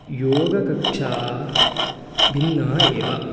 योगकक्षा भिन्ना एव